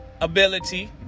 ability